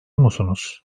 musunuz